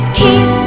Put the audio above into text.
keep